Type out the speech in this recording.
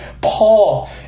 Paul